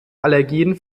allergien